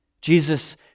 Jesus